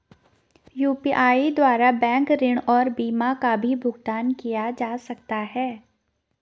UPI द्वारा bank ऋण और बीमा का भी भुगतान किया जा सकता है?